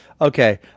Okay